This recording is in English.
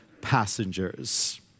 passengers